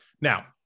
now